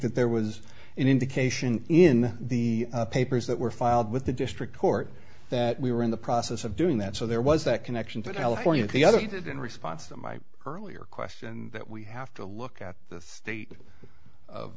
that there was an indication in the papers that were filed with the district court that we were in the process of doing that so there was that connection to telephony and the other did in response to my earlier question that we have to look at the state of